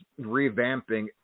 revamping